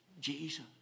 Jesus